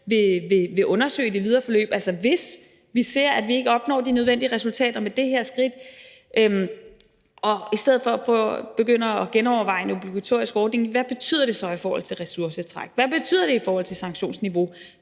vil undersøge i det videre forløb. Altså, hvis vi ser, at man ikke opnår de nødvendige resultater med det her skridt, og i stedet for begynder at genoverveje en obligatorisk ordning, hvad betyder det så i forhold til ressourcetræk, hvad betyder det så i forhold til sanktionsniveau?